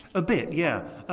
a bit, yeah.